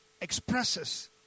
expresses